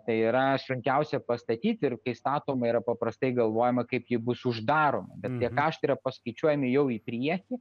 tai yra sunkiausia pastatyt ir kai statoma yra paprastai galvojama kaip ji bus uždaroma bent tie kaštai paskaičiuojami jau į priekį